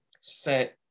set